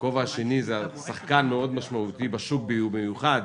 הכובע השני זה שחקן משמעותי בשוק במיוחד